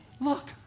look